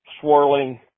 swirling